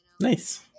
Nice